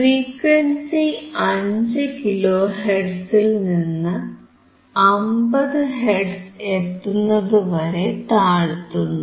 frequency 5 kilo ഹെർട്സിൽനിന്ന് 50 hertz എത്തുന്നതുവരെ താഴ്ത്തുന്നു